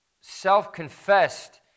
self-confessed